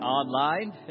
online